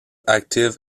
active